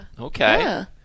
Okay